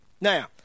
Now